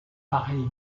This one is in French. pareil